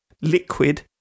liquid